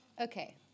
Okay